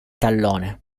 tallone